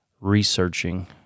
researching